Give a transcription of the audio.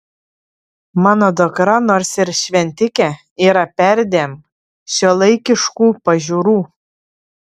mano dukra nors ir šventikė yra perdėm šiuolaikiškų pažiūrų